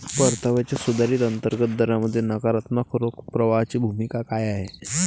परताव्याच्या सुधारित अंतर्गत दरामध्ये नकारात्मक रोख प्रवाहाची भूमिका काय आहे?